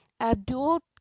abdul